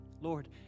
Lord